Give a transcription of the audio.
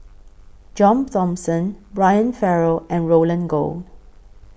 John Thomson Brian Farrell and Roland Goh